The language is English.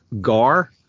gar